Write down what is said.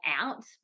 out